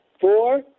four